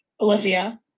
Olivia